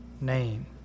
name